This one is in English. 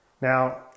Now